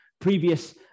previous